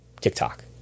TikTok